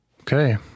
okay